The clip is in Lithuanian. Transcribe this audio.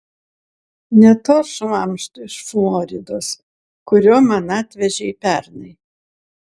ne to šlamšto iš floridos kurio man atvežei pernai